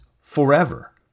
forever